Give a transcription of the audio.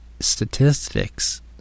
Statistics